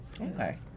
Okay